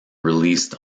released